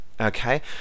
okay